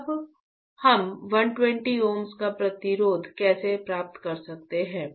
अब हम 120 ओम का प्रतिरोध कैसे प्राप्त कर सकते हैं